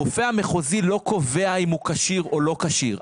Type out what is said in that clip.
הרופא המחוזי לא קובע אם הוא כשיר או לא כשיר.